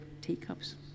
teacups